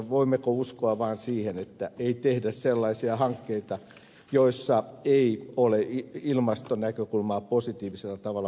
voimmeko uskoa vaan siihen että ei tehdä sellaisia hankkeita joissa ei ole ilmastonäkökulmaa positiivisella tavalla mukana